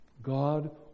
God